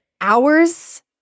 hours